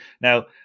Now